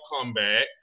comeback